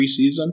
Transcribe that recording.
preseason